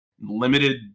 limited